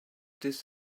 this